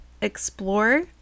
explore